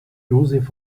josef